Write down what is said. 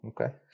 Okay